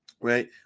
Right